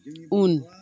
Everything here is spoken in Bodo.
उन